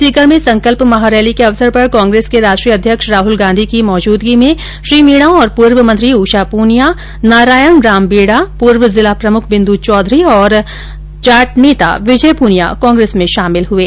सीकर में संकल्प महारैली के अवसर पर कांग्रेस के राष्ट्रीय अध्यक्ष राहल गांधी की मौजुदगी में श्री मीणा और पूर्व मंत्री उषा पूनिया नारायण राम बेड़ा पूर्व जिला प्रमुख बिन्दू चौधरी तथा जाट नेता विजय प्रनिया कांग्रेस में शामिल हुये